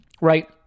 right